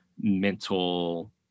mental